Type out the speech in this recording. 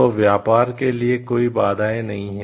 तो व्यापार के लिए कोई बाधाएं नहीं हैं